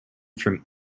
from